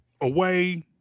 away